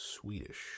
Swedish